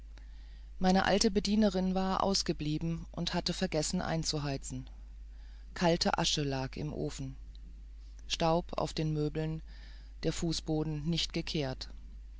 meine alte bedienerin war ausgeblieben oder hatte vergessen einzuheizen kalte asche lag im ofen staub auf den möbeln der fußboden nicht gekehrt